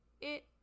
it-